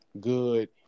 good